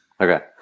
Okay